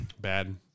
Bad